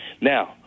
now